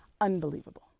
Unbelievable